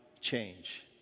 change